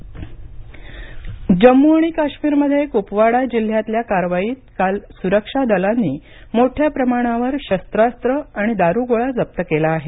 जम्म काश्मीर दारुगोळा जप्त जम्मू आणि काश्मीरमध्ये कुपवाडा जिल्ह्यातल्या कारवाईत काल सुरक्षा दलांनी मोठ्या प्रमाणावर शस्त्रास्वं आणि दारुगोळा जप्त केला आहे